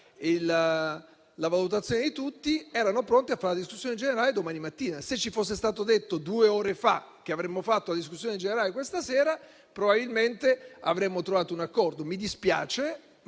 di opposizione erano pronti a fare la discussione generale domani mattina. Se ci fosse stato detto due ore fa che avremmo fatto la discussione generale questa sera, probabilmente avremmo trovato un accordo. Mi dispiace, ma